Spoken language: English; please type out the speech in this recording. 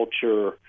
culture